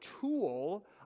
tool